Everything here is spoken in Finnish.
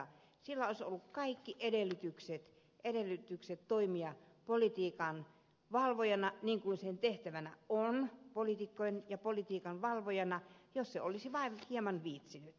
sillä olisi ollut kaikki edellytykset toimia politiikan valvojana niin kuin sen tehtävänä on poliitikkojen ja politiikan valvojana jos se olisi vain hieman viitsinyt